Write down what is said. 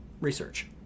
research